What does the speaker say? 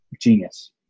Genius